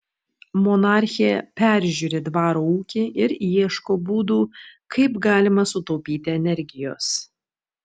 monarchė peržiūri dvaro ūkį ir ieško būdų kaip galima sutaupyti energijos